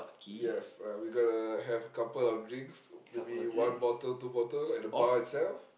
yes uh we gotta have a couple of drinks maybe one bottle two bottle at the bar itself